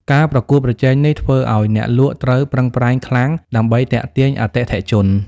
ការប្រកួតប្រជែងនេះធ្វើឱ្យអ្នកលក់ត្រូវប្រឹងប្រែងខ្លាំងដើម្បីទាក់ទាញអតិថិជន។